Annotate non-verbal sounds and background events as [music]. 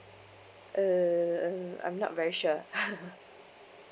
uh um I'm not very sure [laughs]